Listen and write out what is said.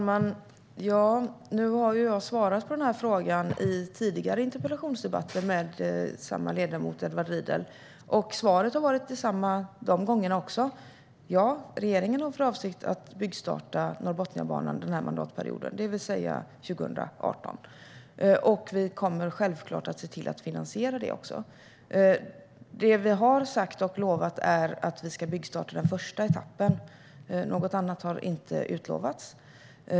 Herr talman! Jag har svarat på den här frågan i tidigare interpellationsdebatter med samma ledamot, Edward Riedl. Svaret har varit samma de gångerna som nu. Ja, regeringen har för avsikt att byggstarta Norrbotnia-banan den här mandatperioden, det vill säga 2018. Vi kommer självklart att se till att finansiera detta också. Det vi har sagt och lovat är att vi ska byggstarta den första etappen. Något annat har inte utlovats.